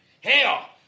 hell